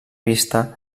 vista